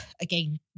again